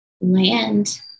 land